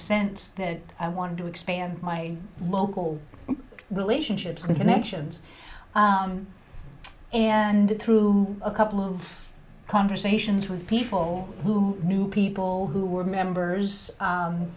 sense that i wanted to expand my local relationships with connections and through a couple of conversations with people who knew people who were members